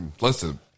Listen